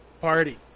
party